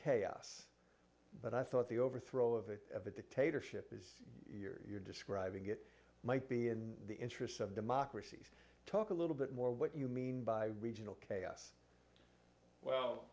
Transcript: chaos but i thought the overthrow of the of a dictatorship is you're describing it might be in the interests of democracies talk a little bit more what you mean by regional chaos well